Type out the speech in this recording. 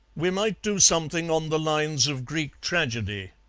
we might do something on the lines of greek tragedy,